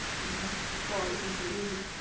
you know, your fall isn't so easy.